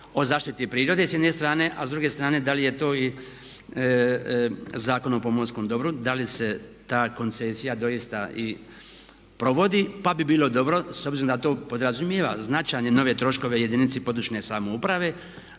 o zaštiti prirode s jedne strane a s druge strane da li je to Zakon o pomorskom dobru, da li se ta koncesija doista i provodi pa bi bilo dobro s obzirom da to podrazumijeva značajne nove troškove jedinici područne samouprave.